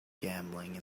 gambling